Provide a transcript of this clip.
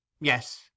Yes